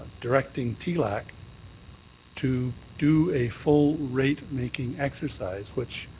directing tlac to do a full rate-making exercise, which,